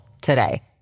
today